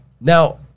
Now